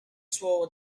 swore